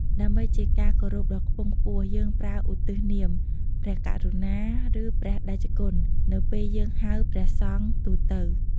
ដើម្បីជាការគោរពដ៏ខ្ពង់ខ្ពស់ យើងប្រើឧទ្ទិសនាម "ព្រះករុណា" ឬ "ព្រះតេជគុណ" នៅពេលយើងហៅព្រះសង្ឃទូទៅ។